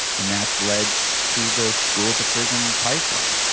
and that's led to the school to prison pipeline.